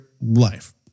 life